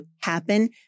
happen